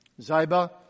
Ziba